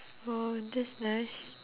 oh that's nice